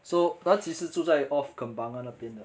so 他其实住在 off kembangan 那边的